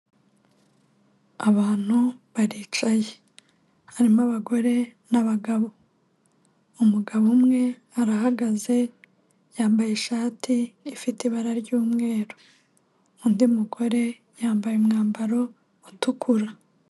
Abantu baricaye, harimo abagore n'abagabo. Umugabo umwe arahagaze yambaye ishati ifite ibara ry'umweru. Undi mugore yambaye umwambaro utukura.